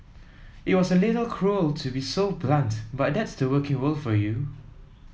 it was a little cruel to be so blunt but that's the working world for you